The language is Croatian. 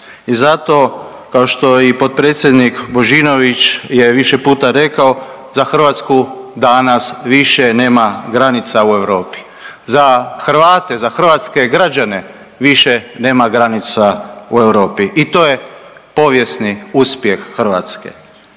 I zato kao što i potpredsjednik Božinović je više puta rekao za Hrvatsku danas više nema granica u Europi. Za Hrvate, za hrvatske građane više nema granica u Europi. I to je povijesni uspjeh Hrvatske.